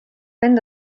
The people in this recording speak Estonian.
enda